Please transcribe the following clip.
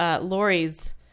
Lori's